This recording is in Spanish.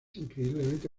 increíblemente